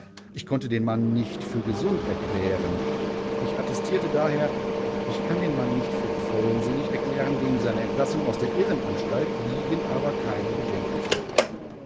ich konnte den mann nicht für gesund erklären ich attestierte daher ich kann den mann nicht für vollsinnig erklären gegen seine entlassung aus der irrenanstalt liegen aber keine bedenken vor